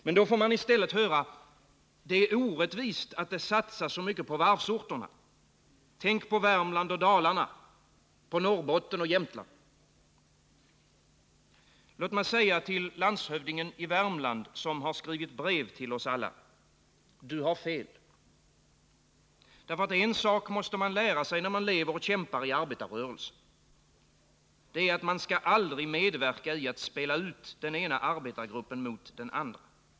Men då får man i stället höra: Det är orättvist att det satsas så mycket på varvsorterna. Tänk på Värmland och Dalarna, Norrbotten och Jämtland! Låt mig säga till landshövdingen i Värmland, som har skrivit brev till oss Nr 164 alla: Du har fel. Därför att en sak måste man lära sig när man lever och kämpar i arbetarrörelsen. Man skall aldrig medverka i att spela ut den ena arbetargruppen mot den andra.